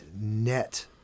net